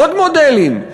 עוד מודלים.